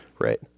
right